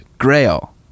grail